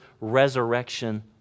resurrection